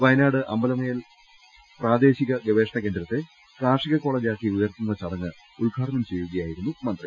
വയനാട് അമ്പലവയൽ പ്രാദേ ശിക ഗവേഷണ കേന്ദ്രത്തെ കാർഷിക കോളേജാക്കി ഉയർത്തുന്ന ചടങ്ങ് ഉദ്ഘാടനം ചെയ്യുകയായിരുന്നു മന്ത്രി